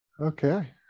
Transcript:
Okay